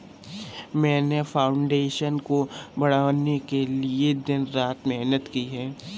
मैंने फाउंडेशन को बनाने के लिए दिन रात मेहनत की है